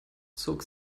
zog